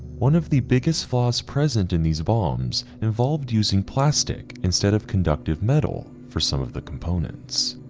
one of the biggest flaws present in these bombs involved using plastic instead of conductive metal for some of the components.